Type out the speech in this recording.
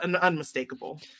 unmistakable